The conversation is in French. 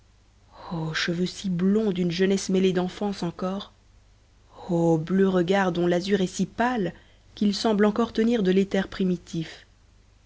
cheveux si blonds d'une jeunesse mêlée d'enfance encore ô bleu regard dont l'azur est si pâle qu'il semble encore tenir de l'éther primitif